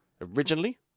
originally